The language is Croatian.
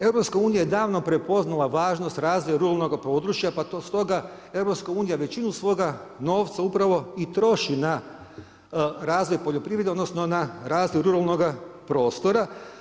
EU je davno prepoznala važnost razvoja ruralnoga područja pa stoga EU većinu svoga novca upravo i troši na razvoj poljoprivrede, odnosno na razvoj ruralnoga prostora.